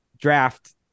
draft